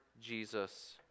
Jesus